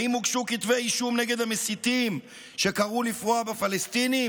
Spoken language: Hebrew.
האם הוגשו כתבי אישום כנגד המסיתים שקראו לפרוע בפלסטינים,